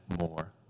more